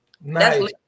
Nice